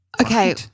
Okay